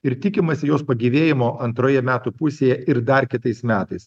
ir tikimasi jos pagyvėjimo antroje metų pusėje ir dar kitais metais